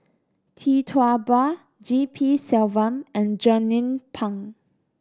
Tee Tua Ba G P Selvam and Jernnine Pang